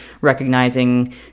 recognizing